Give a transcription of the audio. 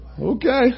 Okay